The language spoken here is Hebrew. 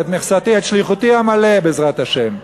את שליחותי אמלא, בעזרת השם.